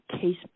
case